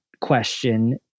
question